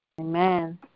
Amen